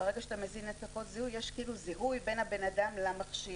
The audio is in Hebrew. וברגע שאת מזין את הקוד יש זיהוי בין הבן אדם למכשיר.